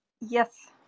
Yes